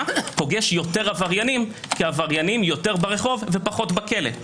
פוגש יותר עבריינים כי הם יותר ברחוב ופחות בכלא.